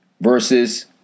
versus